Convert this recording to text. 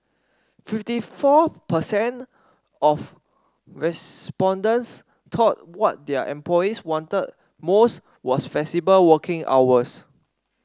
fifty four per cent of respondents thought what their employees wanted most was flexible working hours